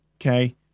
okay